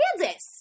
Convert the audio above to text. Kansas